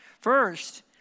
First